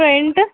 front